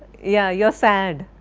yeah, you are sad.